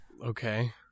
Okay